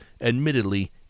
admittedly